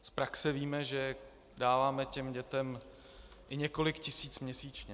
Z praxe víme, že dáváme těm dětem i několik tisíc měsíčně.